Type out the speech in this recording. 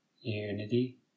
unity